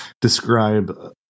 describe